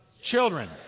Children